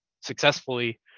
successfully